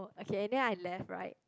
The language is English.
okay and then I left right